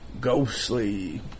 Ghostly